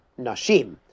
Nashim